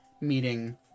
meeting